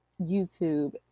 YouTube